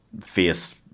face-